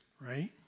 right